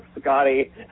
Scotty